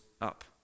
up